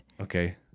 Okay